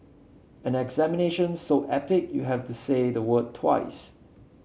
an examination so epic you have to say the word twice